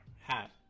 hat